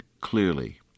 clearly